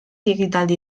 ekitaldi